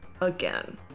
again